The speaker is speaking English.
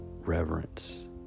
reverence